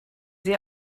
sie